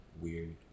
weird